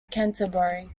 canterbury